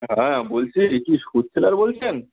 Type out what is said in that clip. হ্যাঁ বলছি একি শু সেলার বলছেন